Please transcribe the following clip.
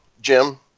jim